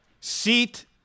Seat